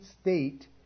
state